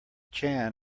chan